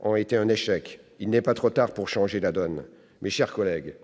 ont été un échec. Il n'est pas trop tard pour changer la donne. Mes chers collègues,